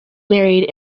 married